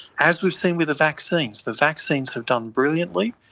as we've seen with the vaccines, the vaccines have done brilliantly,